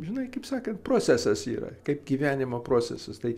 žinai kaip sakant procesas yra kaip gyvenimo procesas tai